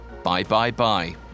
Bye-bye-bye